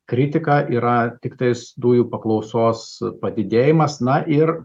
kritika yra tiktais dujų paklausos padidėjimas na ir